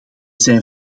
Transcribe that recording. zijn